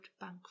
bank